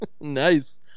Nice